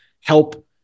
help